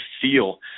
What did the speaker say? feel